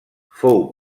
fou